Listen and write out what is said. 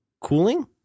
cooling